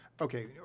Okay